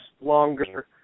longer